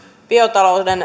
biotalouden